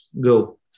go